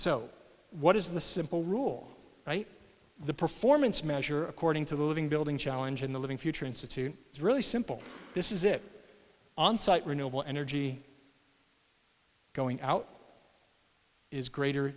so what is the simple rule the performance measure according to the living building challenge in the living future institute is really simple this is it onsite renewable energy going out is greater